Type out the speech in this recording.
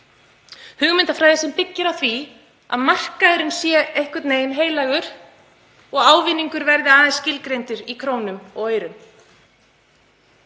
hugmyndafræði sem byggir á því að markaðurinn sé einhvern veginn heilagur og ávinningur verði aðeins skilgreindur í krónum og aurum.